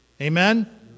Amen